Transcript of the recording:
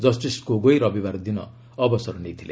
justice Gogoi ରବିବାର ଦି ଅବସର ନେଇଥିଲେ